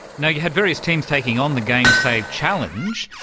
you know you have various teams taking on the gamesave challenge,